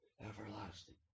everlasting